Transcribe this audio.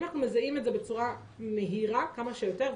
אם אנחנו מזהים את זה בצורה מהירה כמה שיותר.